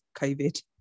COVID